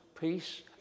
peace